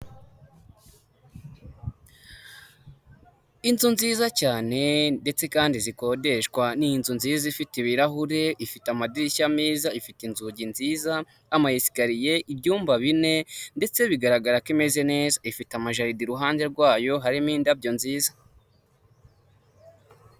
Inzu nziza cyane ndetse kandi zikodeshwa, ni izu nziza ifite ibirahure, ifite amadirishya meza, ifite inzugi nziza, ama esikariye, ibyumba bine ndetse bigaragara ko imeze neza, ifite amajaride iruhande rwayo, harimo indabyo nziza.